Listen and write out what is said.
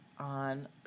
on